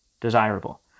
desirable